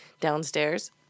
downstairs